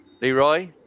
Leroy